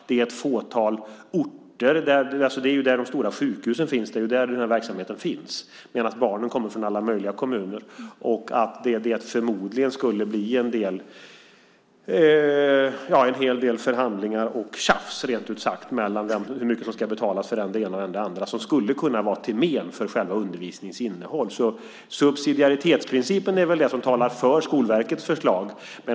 Det är ett på ett fåtal orter som det finns sjukhusundervisning. Det är där de stora sjukhusen finns som den här verksamheten finns, medan barnen kommer från alla möjliga kommuner. Förmodligen skulle det bli en hel del förhandlingar och tjafs, rent ut sagt, om hur mycket som ska betalas av den ena och den andra, som skulle kunna vara till men för undervisningens innehåll. Subsidiaritetsprincipen är väl det som talar för Skolverkets förslag.